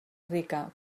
rica